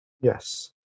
Yes